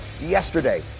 Yesterday